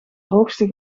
hoogste